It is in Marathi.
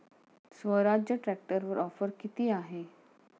स्वराज्य ट्रॅक्टरवर ऑफर किती आहे?